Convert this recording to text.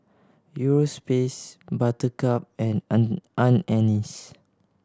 Europace Buttercup and Anne's